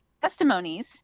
testimonies